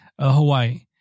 Hawaii